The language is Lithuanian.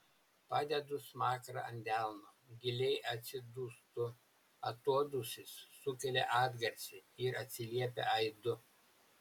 padedu smakrą ant delno giliai atsidūstu atodūsis sukelia atgarsį ir atsiliepia aidu